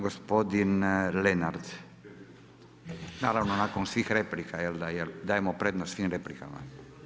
Gospodin Lenart, naravno nakon svih replika, dajemo prednost svim replikama.